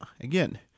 again